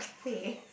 place